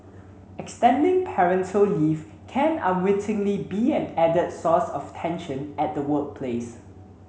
extending parental leave can unwittingly be an added source of tension at the workplace